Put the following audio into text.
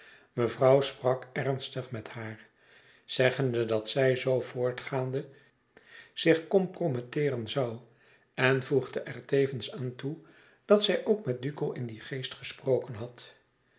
mevrouw sprak ernstig met haar zeggende dat zij zoo voortgaande zich comprometteeren zoû en voegde er tevens aan toe dat zij ook met duco in dien geest gesproken had